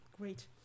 Great